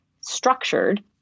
structured